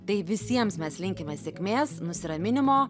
tai visiems mes linkime sėkmės nusiraminimo